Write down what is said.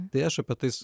tai aš apie tais